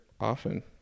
often